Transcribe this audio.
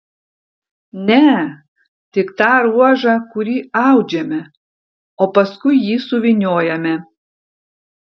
ne tik tą ruožą kurį audžiame o paskui jį suvyniojame